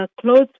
clothes